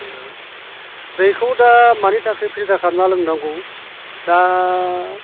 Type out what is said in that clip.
ओ दैखौ दा मानि थाखाय फिलटार खालामनानै लोंनांगौ दा